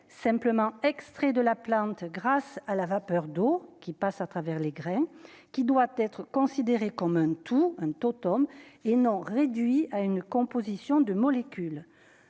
simplement extrait de la plante, grâce à la vapeur d'eau qui passe à travers les grains qui doit être considéré comme un tout, un taux tombe et non réduit à une composition de molécules